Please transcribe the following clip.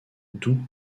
doux